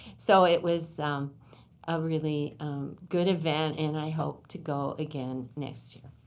so it was a really good event. and i hope to go again next year.